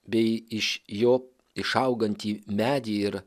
bei iš jo išaugantį medį ir